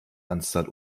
anzahl